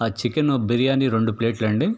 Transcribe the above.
ఆ చికెన్ బిర్యానీ రండు ప్లేట్లండి